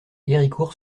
héricourt